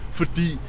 fordi